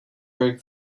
were